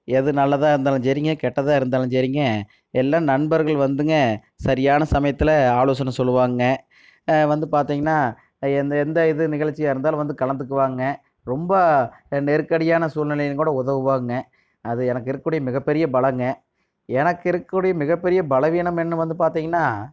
எது நல்லதாக இருந்தாலும் சரிங்க கெட்டதாக இருந்தாலும் சரிங்க எல்லாம் நண்பர்கள் வந்துங்க சரியான சமயத்தில் ஆலோசனை சொல்வாங்க வந்து பார்த்திங்கனா எந்த இது நிகழ்ச்சியாக இருந்தாலும் வந்து கலந்துக்குவாங்க ரொம்ப நெருக்கடியான சூழ்நிலையிலையுங்கூட உதவுவாங்க அது எனக்கு இருக்கக்கூடிய மிகப்பெரிய பலம்ங்க எனக்கு இருக்கக்கூடிய மிகப்பெரிய பலவீனம் என்னென்னு வந்து பார்த்திங்கனா